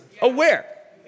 aware